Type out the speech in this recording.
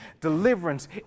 deliverance